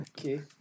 Okay